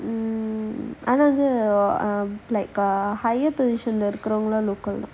mmhmm ஆனா அது:aanaa athu like a higher position from the local